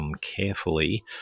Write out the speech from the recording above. Carefully